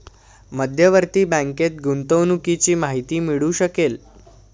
मध्यवर्ती बँकेत गुंतवणुकीची माहिती मिळू शकेल